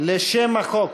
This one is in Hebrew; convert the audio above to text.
לשם החוק